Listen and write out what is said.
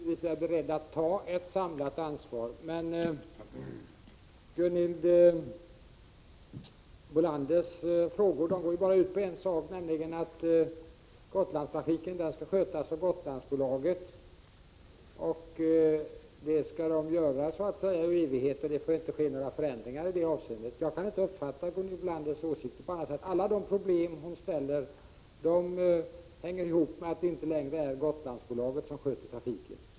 Herr talman! Regeringen är naturligtvis beredd att ta ett samlat ansvar. Men Gunhild Bolanders frågor går ju bara ut på en sak, nämligen att - Gotlandstrafiken skall skötas av Gotlandsbolaget, och det skall det göra i evigheter, och det får inte ske några förändringar i detta avseende. Jag kan inte uppfatta Gunhild Bolanders åsikter på något annat sätt. Alla problem som hon redogör för hänger ihop med att det inte längre är Gotlandsbolaget som sköter trafiken.